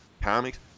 comics